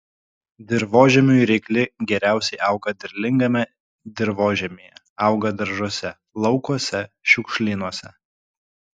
dirvožemiui reikli geriausiai auga derlingame dirvožemyje auga daržuose laukuose šiukšlynuose